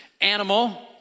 animal